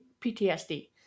PTSD